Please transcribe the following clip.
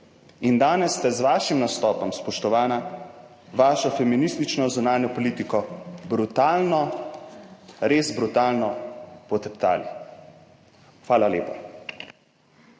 in danes ste z vašim nastopom, spoštovana, vašo feministično zunanjo politiko brutalno, res brutalno poteptali.